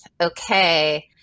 Okay